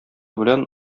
белән